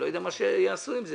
אני לא יודע מה יעשו עם זה.